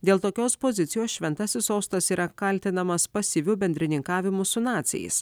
dėl tokios pozicijos šventasis sostas yra kaltinamas pasyviu bendrininkavimu su naciais